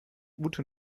ute